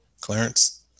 Clarence